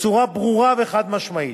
בצורה ברורה וחד-משמעית.